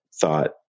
thought